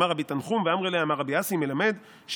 "אמר רבי תנחום ואמרי לה אמר רבי אסי מלמה שצריכה